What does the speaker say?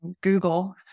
Google